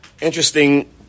interesting